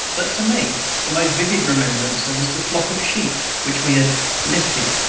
but to me the most vivid remembrancer was the flock of sheep which we had lifted.